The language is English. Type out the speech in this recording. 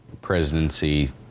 Presidency